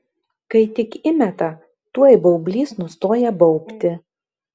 kai tik įmeta tuoj baublys nustoja baubti